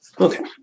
okay